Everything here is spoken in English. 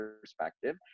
perspective